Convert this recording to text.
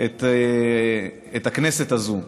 את הכנסת הזאת.